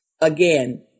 again